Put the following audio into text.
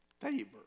favor